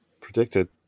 predicted